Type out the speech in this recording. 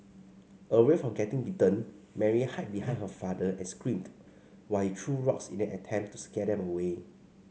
aware of getting bitten Mary hid behind her father and screamed while he threw rocks in an attempt to scare them away